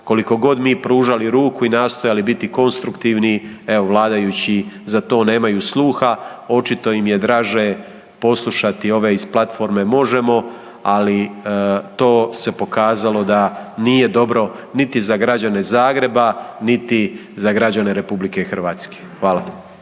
koliko god mi pružali ruku i nastojali biti konstruktivni, evo vladajući za to nemaju sluha, očito im je draže poslušati ove iz platforme Možemo!, ali to se pokazalo da nije dobro niti za građane Zagreba, niti za građane Republike Hrvatske. Hvala.